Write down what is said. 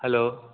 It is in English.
hello